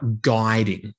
guiding